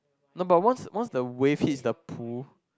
no but once once the wave hits the pool